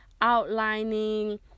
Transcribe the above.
Outlining